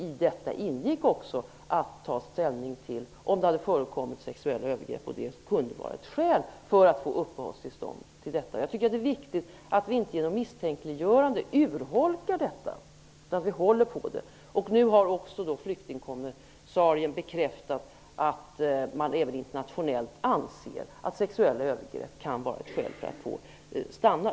I detta ingick också att man skulle ta ställning till om sexuella övergrepp förekommit och att det kunde vara ett skäl för att få uppehållstillstånd. Jag tycker att det är viktigt att vi inte genom misstänkliggöranden urholkar detta utan håller på det. Nu har också flyktingskommissarien bekräftat att man även internationellt anser att sexuella övergrepp kan vara ett skäl för att få uppehållstillstånd.